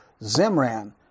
Zimran